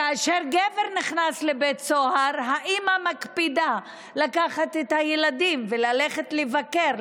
כאשר גבר נכנס לבית הסוהר האימא מקפידה לקחת את הילדים וללכת לבקר,